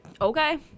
Okay